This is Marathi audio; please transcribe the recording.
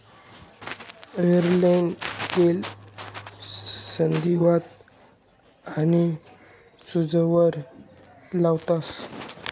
एरंडनं तेल संधीवात आनी सूजवर लावतंस